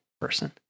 person